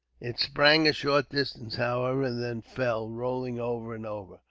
it sprang a short distance, however, and then fell, rolling over and over.